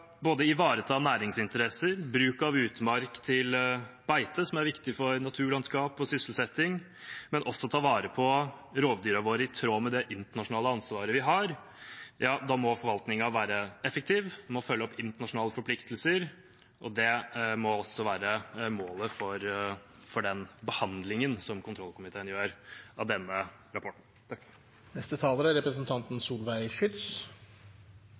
ivareta næringsinteresser, bruk av utmark til beite, som er viktig for naturlandskap og sysselsetting, og å ta vare på rovdyrene våre i tråd med det internasjonale ansvaret vi har, må forvaltningen være effektiv og følge opp internasjonale forpliktelser. Det må også være målet for den behandlingen som kontrollkomiteen har av denne rapporten.